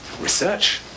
Research